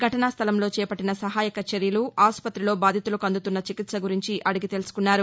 ఘటనాస్లలంలో చేపల్లిన సహాయక చర్యలు ఆస్పృతిలో బాధితులకు అందుతున్న చికిత్స గురించి అడిగి తెలుసుకున్నారు